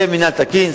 זה מינהל תקין,